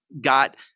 got